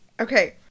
Okay